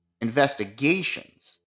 investigations